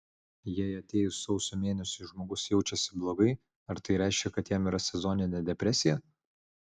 jei atėjus sausio mėnesiui žmogus jaučiasi blogai ar tai reiškia kad jam yra sezoninė depresija